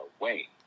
away